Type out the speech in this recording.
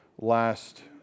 last